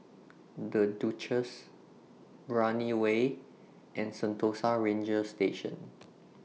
The Duchess Brani Way and Sentosa Ranger Station